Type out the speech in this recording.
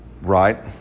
Right